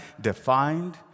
defined